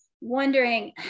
wondering